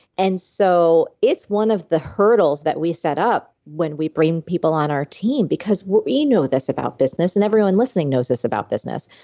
and so it's one of the hurdles that we set up when we bring people on our team because we know this about business and everyone listening knows this about business,